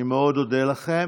אני מאוד אודה לכם.